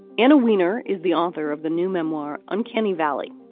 and a winner is the author of the new memoir uncanny valley.